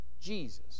Jesus